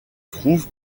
trouve